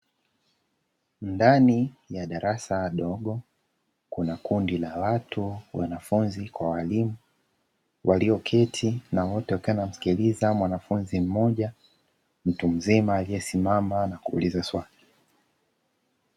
Ndani ya darasa dogo kuna kundi la watu wanafunzi kwa walimu walioketi, na wote wakiwa wanamsikiliza mwanafunzi mmoja mtu mzima aliyesimama na kuuliza swali.